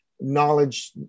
knowledge